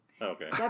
Okay